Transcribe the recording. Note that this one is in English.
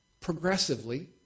progressively